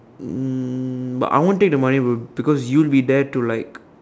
um but I won't take the money bro because you'll be there to like